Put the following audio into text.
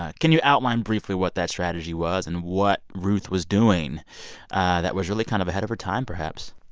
ah can you outline briefly what that strategy was and what ruth was doing that was really kind of ahead of her time perhaps?